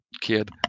kid